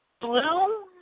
blue